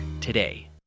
today